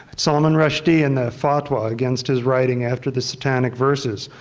salman rushdie and the fatwa against his writing after the satanic verses,